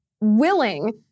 willing